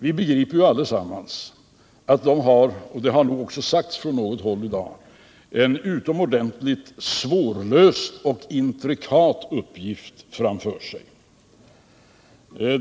Vi begriper allesammans att den har — det har nog redan sagts från något håll i dag — en utomordentligt svårlöst och intrikat uppgift framför sig.